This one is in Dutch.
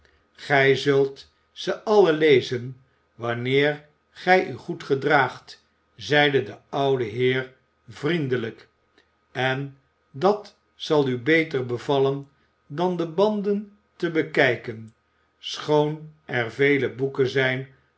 gij zult ze allen lezen wanneer gij u goed gedraagt zeide de oude heer vriendelijk en dat zal u beter bevallen dan de banden te bekijken schoon er vele boeken zijn